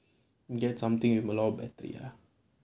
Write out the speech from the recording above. you get something better ya